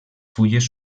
fulles